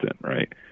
right